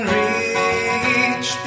reach